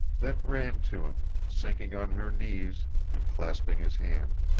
then ran to him, sinking on her knees, and clasping his hand.